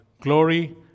Glory